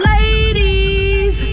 Ladies